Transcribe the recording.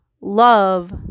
love